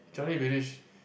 Changi Village